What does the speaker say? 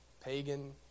pagan